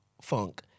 funk